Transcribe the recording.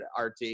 RT